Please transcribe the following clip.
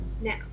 Now